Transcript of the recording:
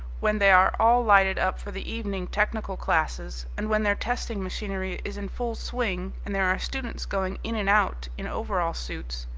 when they are all lighted up for the evening technical classes and when their testing machinery is in full swing and there are students going in and out in overall suits,